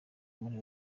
muri